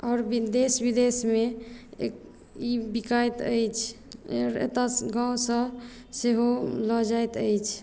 आओर देश विदेशमे ई बिकाइत अछि एतऽ गाँवसँ सेहो लऽ जाइत अछि